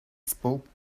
spoke